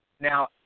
Now